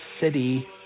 city